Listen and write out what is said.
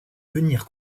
venir